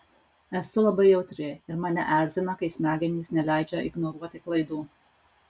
esu labai jautri ir mane erzina kai smegenys neleidžia ignoruoti klaidų